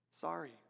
Sorry